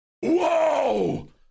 Whoa